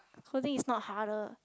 soldiering is not harder